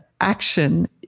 action